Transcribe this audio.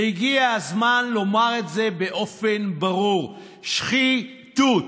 והגיע הזמן לומר את זה באופן ברור: שחיתות.